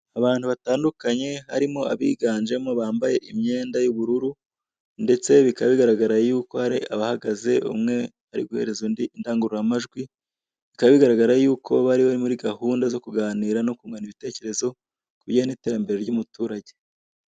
Abantu batandukanye harimo abiganjemo bambaye imyenda y'ubururu ndetse bikaba bigaragara yuko hari abahagaze umwe ari guhereza undi indangururamajwi, bikaba bigaragara yuko bari bari muri gahunda zo kuganira no kungurana ibitekerezo ku bijyanye n'iterambere ry'umuturage.